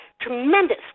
tremendous